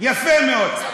יפה מאוד.